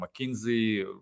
mckinsey